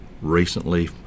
recently